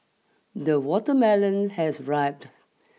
the watermelon has riped